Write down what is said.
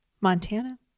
montana